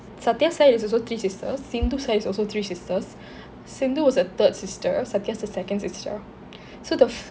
satya side is also three sisters seem sindu side is also three sisters sindu was a third sister satya is the second sister so the fir~